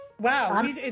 wow